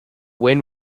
wynn